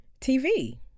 TV